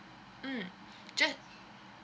mm just